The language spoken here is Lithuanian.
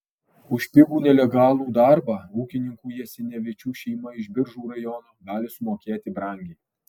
už pigų nelegalų darbą ūkininkų jasinevičių šeima iš biržų rajono gali sumokėti brangiai